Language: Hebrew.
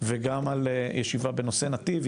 וגם על ישיבה בנושא "נתי"ב",